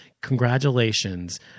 Congratulations